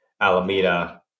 Alameda